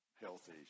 healthy